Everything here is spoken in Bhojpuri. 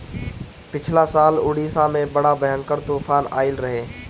पिछला साल उड़ीसा में बड़ा भयंकर तूफान आईल रहे